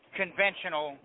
conventional